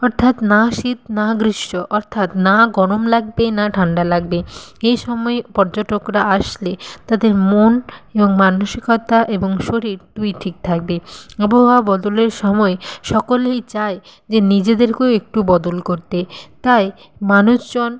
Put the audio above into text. অর্থাৎ না শীত না গ্রীষ্ম অর্থাৎ না গরম লাগবে না ঠান্ডা লাগবে এই সময় পর্যটকরা আসলে তাদের মন এবং মানসিকতা এবং শরীর দুই ঠিক থাকবে আবহাওয়া বদলের সময় সকলেই চায় যে নিজেদেরকও একটু বদল করতে তাই মানুষজন